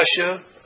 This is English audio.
Russia